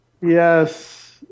Yes